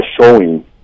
showing